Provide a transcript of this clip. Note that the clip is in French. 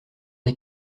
des